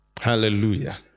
Hallelujah